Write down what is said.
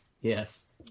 Yes